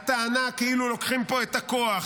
הטענה כאילו לוקחים פה את הכוח,